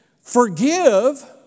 Forgive